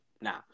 now